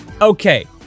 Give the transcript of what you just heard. Okay